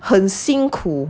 很辛苦